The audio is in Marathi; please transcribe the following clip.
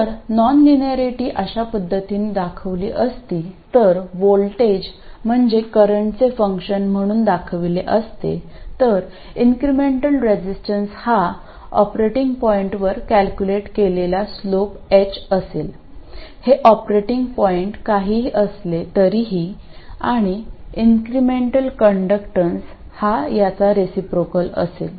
जर नॉनलिनिरेटी अशा पद्धतीने दाखवली असती तर व्होल्टेज म्हणजे करंटचे फंक्शन म्हणून दाखविले असते तर इन्क्रिमेंटल रेजिस्टन्स हा ऑपरेटिंग पॉईंटवर कॅल्क्युलेट केलेला स्लोप h असेल हे ऑपरेटिंग पॉईंट काहीही असले तरीही आणि इन्क्रिमेंटल कंडक्टन्स हा याचा रिसिप्रोकल असेल